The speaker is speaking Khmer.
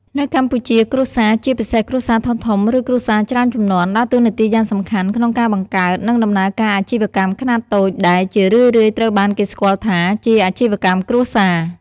នៅកម្ពុជា គ្រួសារ ជាពិសេសគ្រួសារធំៗ ឬគ្រួសារច្រើនជំនាន់ ដើរតួនាទីយ៉ាងសំខាន់ក្នុងការបង្កើត និងដំណើរការអាជីវកម្មខ្នាតតូច ដែលជារឿយៗត្រូវបានគេស្គាល់ថាជា អាជីវកម្មគ្រួសារ។